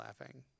Laughing